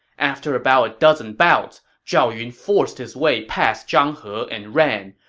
after about a dozen bouts, zhao yun forced his way past zhang he and ran,